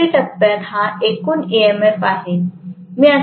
प्रति टप्प्यात हा एकूण ईएमएफ आहे